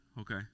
Okay